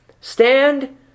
Stand